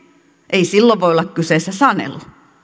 ei silloin voi olla kyseessä sanelu